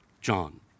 John